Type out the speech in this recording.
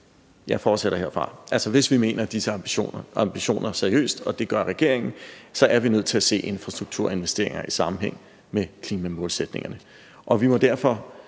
jeg fortsætter herfra. Altså, hvis vi mener disse ambitioner seriøst, og det gør regeringen, er vi nødt til at se infrastrukturinvesteringer i sammenhæng med klimamålsætningerne, og vi må derfor